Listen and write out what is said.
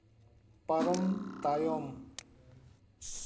ᱯᱟᱨᱚᱢ ᱛᱟᱭᱚᱢ